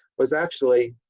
was actually